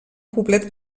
poblet